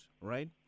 right